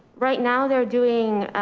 right now they're doing